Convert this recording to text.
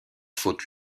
faute